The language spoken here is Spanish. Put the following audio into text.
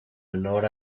honor